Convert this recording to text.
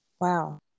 wow